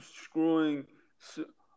screwing